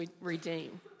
redeem